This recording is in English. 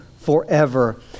forever